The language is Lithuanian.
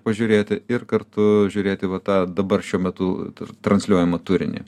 pažiūrėti ir kartu žiūrėti va tą dabar šiuo metu transliuojamą turinį